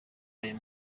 ayo